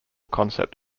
concept